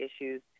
issues